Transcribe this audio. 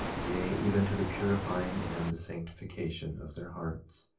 yea, even to the purifying and the sanctification of their hearts,